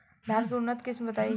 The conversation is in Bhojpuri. धान के उन्नत किस्म बताई?